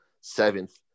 seventh